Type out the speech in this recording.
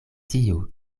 tiu